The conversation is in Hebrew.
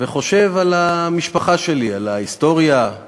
וחושב על המשפחה שלי, על ההיסטוריה,